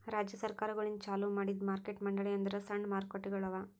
ರಾಜ್ಯ ಸರ್ಕಾರಗೊಳಿಂದ್ ಚಾಲೂ ಮಾಡಿದ್ದು ಮಾರ್ಕೆಟ್ ಮಂಡಳಿ ಅಂದುರ್ ಸಣ್ಣ ಮಾರುಕಟ್ಟೆಗೊಳ್ ಅವಾ